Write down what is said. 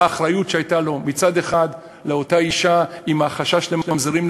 האחריות שהייתה לו מצד אחד לאותה אישה עם החשש לממזרים,